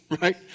right